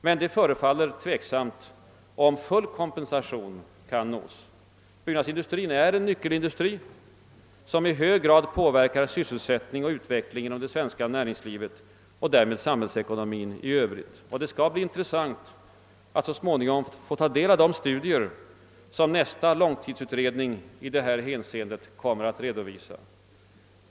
Men det förefaller tveksamt om full kompensation kan nås. Byggnadsindustrin är en nyckelindustri, som i hög grad påverkar sysselsättning och utveckling inom det svenska näringslivet och därmed samhällsekonomin i övrigt. Det skall bli intressant att så småningom få ta del av de studier som nästa långtidsutredning i detta hänseende kommer att redovisa.